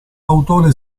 autore